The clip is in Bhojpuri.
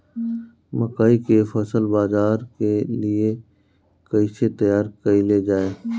मकई के फसल बाजार के लिए कइसे तैयार कईले जाए?